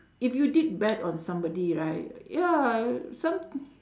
if you did bad on somebody right ya some